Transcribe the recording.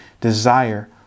desire